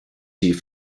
die